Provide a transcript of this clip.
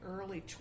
early